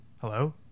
Hello